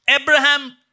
Abraham